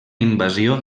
invasió